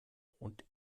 und